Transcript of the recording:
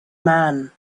man